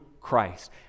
Christ